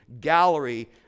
gallery